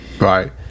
Right